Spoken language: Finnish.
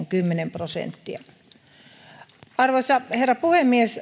kymmenen prosenttiyksikköä arvoisa herra puhemies